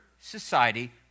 society